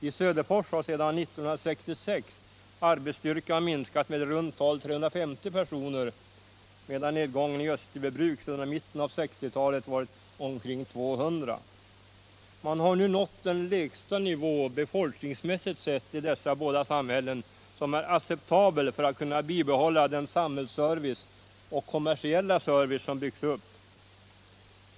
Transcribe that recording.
I Söderfors har sedan 1966 arbetsstyrkan minskat med i runt tal 350 personer, medan nedgången i Österbybruk sedan mitten av 1960 talet varit omkring 200. Man har nu i dessa båda samhällen nått den lägsta nivå befolkningsmässigt sett som är acceptabel för att kunna bibehålla den samhällsservice och kommersiella service som byggts upp.